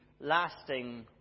lasting